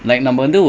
oh okay